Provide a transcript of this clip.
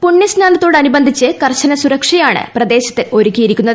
പുണ്യസ്നാനത്തോട് അനുബന്ധിച്ച് കർശന സുരക്ഷ യാണ് പ്രദേശത്ത് ഒരുക്കിയിരിക്കുന്നത്